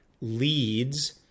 leads